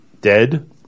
Dead